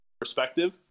perspective